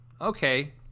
Okay